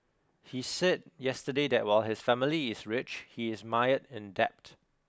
he said yesterday that while his family is rich he is mired in debt